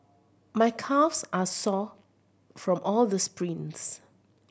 my calves are sore from all the sprints